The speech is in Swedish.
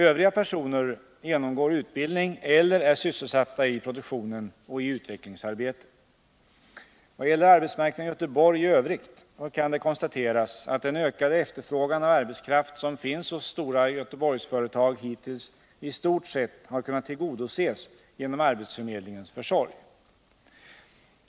Övriga personer genomgår utbildning eller är sysselsatta i produktionen och i utvecklingsarbete. Vad gäller arbetsmarknaden i Göteborg i övrigt kan det konstateras att den ökade efterfrågan av arbetskraft som finns hos stora Göteborgsföretag hittills i stort sett har kunnat tillgodoses genom arbetsförmedlingens försorg.